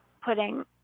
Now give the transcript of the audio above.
putting